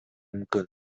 мүмкүн